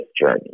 journey